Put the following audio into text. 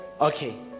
Okay